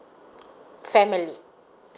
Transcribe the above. family